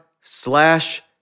slash